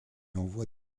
envoie